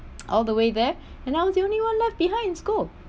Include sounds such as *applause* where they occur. *noise* all the way there *breath* and I was the only one left behind in school